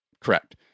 correct